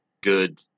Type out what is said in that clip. good